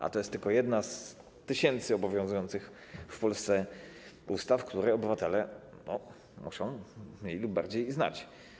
A to jest tylko jedna z tysięcy obowiązujących w Polsce ustaw, które obywatele muszą mniej lub bardziej znać.